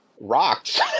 rocked